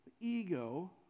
ego